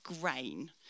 grain